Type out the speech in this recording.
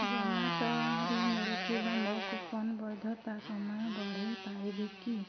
ଜୋମାଟୋରୁ ମିଳିଥିବା ମୋ କୁପନ ବୈଧତା ସମୟ ବଢ଼େଇ ପାରିବେ କି